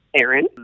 Aaron